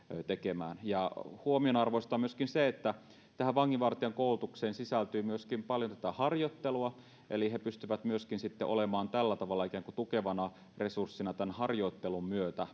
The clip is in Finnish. tekemään huomionarvoista on myöskin se että tähän vanginvartijan koulutukseen sisältyy myöskin paljon harjoittelua eli he pystyvät myöskin olemaan tällä tavalla ikään kuin tukevana resurssina tämän harjoittelun myötä